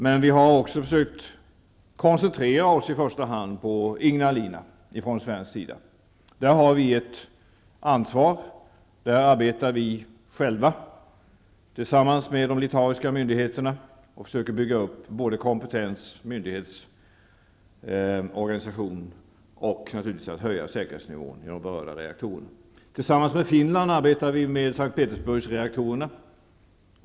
Men vi har också från svensk sida försökt koncentrera oss på i första hand Ignalina. Där har vi ett ansvar. Vi arbetar där med de litauiska myndigheterna och försöker bygga upp både kompetens och myndighetsorganisation. Vi arbetar också med att höja säkerhetsnivån i de berörda reaktorerna. Tillsammans med Finland arbetar vi med S:t Petersburgsreaktorerna.